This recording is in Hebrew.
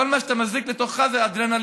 כל מה שאתה מזריק לתוכך זה אדרנלין,